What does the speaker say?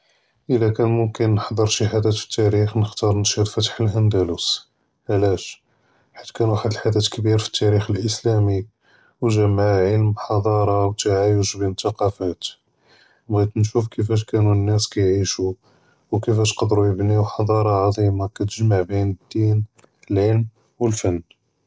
אלא כאן מומכן נח׳צ׳ר שי חדת פתאריח׳ נכתאר נשهد פתח אלאנדלוס. ועלאש? חית כאן ואחד לחדת כביר פתאריח׳ אלאסלאמי וג׳אב מעאה עלם, חצ׳ארה ותעאייש בין ת׳קאפות, בעית נשוף כיפאש כאנו אלנאס כיעישו וכיפאש קדرو יבניו חצ׳ארה עט׳ימה כתג׳מע בין דין, עלם ופן.